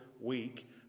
week